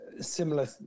Similar